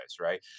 right